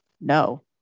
no